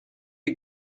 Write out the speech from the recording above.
you